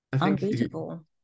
unbeatable